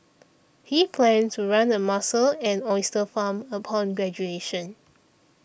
he planned to run a mussel and oyster farm upon graduation